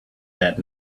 that